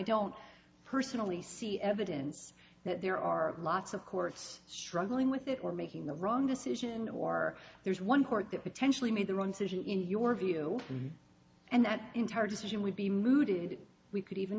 don't personally see evidence that there are lots of course struggling with it or making the wrong decision or there's one court that potentially made the wrong city in your view and that entire decision would be mooted we could even